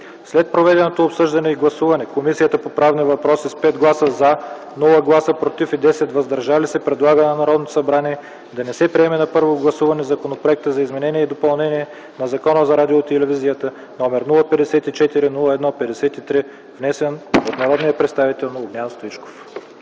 След проведеното обсъждане и гласуване Комисията по правни въпроси с 5 гласа “за”, без „против” и 10 гласа “въздържали се” предлага на Народното събрание да не приеме на първо гласуване Законопроекта за изменение и допълнение на Закона за радиото и телевизията № 054-01-53, внесен от народния представител Огнян Стоичков